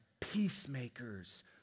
peacemakers